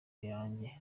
yanjye